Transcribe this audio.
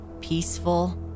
peaceful